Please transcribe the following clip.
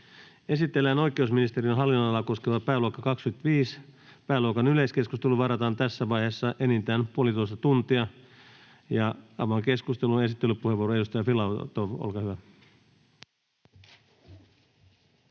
Esitellään oikeusministeriön hallinnonalaa koskeva pääluokka 25. Pääluokan yleiskeskusteluun varataan tässä vaiheessa enintään 1,5 tuntia. Avaan keskustelun. — Esittelypuheenvuoro, edustaja Filatov, olkaa hyvä.